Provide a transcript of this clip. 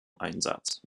einsatz